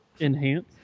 enhance